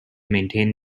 maintain